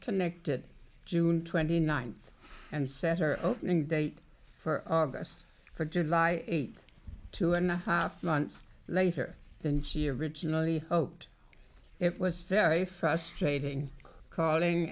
connected june twenty ninth and set her opening date for us that did lie eight two and a half months later than see originally hoped it was very frustrating calling